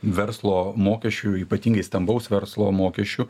verslo mokesčių ypatingai stambaus verslo mokesčių